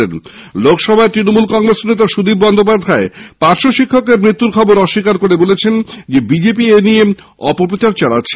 শ্রীমতি চট্টোপাধ্যায় বলেন লোকসভায় তৃণমূল কংগ্রেসের নেতা সুদীপ বন্দ্যোপাধ্যায় পার্শ্বশিক্ষকের মৃত্যুর খবর অস্বীকার করে বলেছেন বিজেপি এ নিয়ে অপপ্রচার চালাচ্ছে